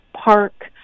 park